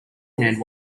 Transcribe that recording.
hand